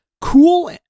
cool